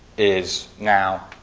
is now